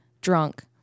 drunk